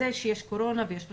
זה שיש קורונה ויש משבר,